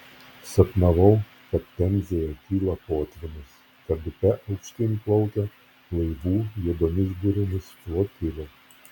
sapnavau kad temzėje kyla potvynis kad upe aukštyn plaukia laivų juodomis burėmis flotilė